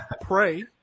pray